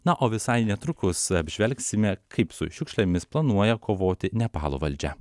na o visai netrukus apžvelgsime kaip su šiukšlėmis planuoja kovoti nepalo valdžia